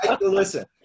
Listen